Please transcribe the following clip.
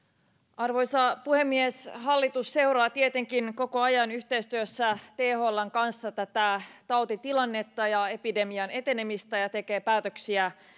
arvoisa puhemies hallitus seuraa tietenkin koko ajan yhteistyössä thln kanssa tätä tautitilannetta ja epidemian etenemistä ja tekee päätöksiä